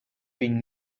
been